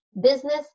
business